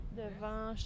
devant